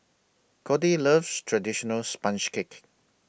Codey loves Traditional Sponge Cake